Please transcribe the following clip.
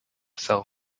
cell